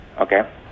Okay